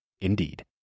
Indeed